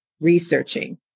researching